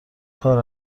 کار